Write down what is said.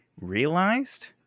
realized